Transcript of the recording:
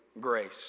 grace